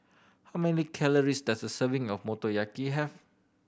how many calories does a serving of Motoyaki have